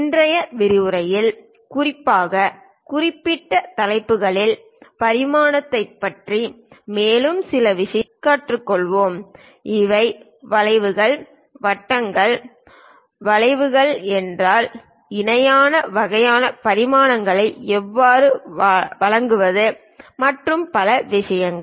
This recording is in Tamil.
இன்றைய விரிவுரையில் குறிப்பாக குறிப்பிட்ட தலைப்புகளில் பரிமாணத்தைப் பற்றி மேலும் சில விஷயங்களைக் கற்றுக்கொள்வோம் இவை வளைவுகள் வட்டங்கள் வளைவுகள் என்றால் இணையான வகையான பரிமாணங்களை எவ்வாறு வழங்குவது மற்றும் பல விஷயங்கள்